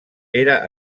era